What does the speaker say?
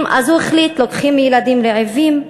אז הוא החליט: לוקחים מילדים רעבים,